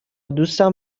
دوستم